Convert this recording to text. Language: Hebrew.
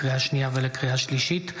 לקריאה שנייה ולקריאה שלישית: